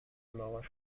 ملاقات